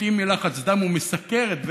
מתים מלחץ דם ומסוכרת.